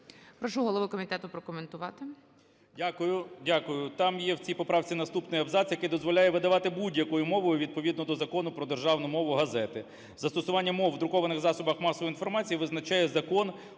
Прошу голову комітету прокоментував.